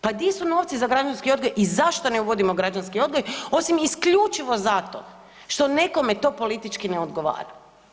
Pa gdje su novci za građanski odgoj i zašto ne uvodimo građanski odgoj osim isključivo zato što nekome to politički ne odgovara?